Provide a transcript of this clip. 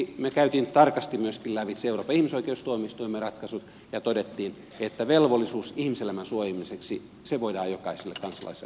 me kävimme tarkasti lävitse myöskin euroopan ihmisoikeustuomioistuimen ratkaisut ja totesimme että velvollisuus ihmiselämän suojelemiseksi voidaan jokaiselle kansalaiselle asettaa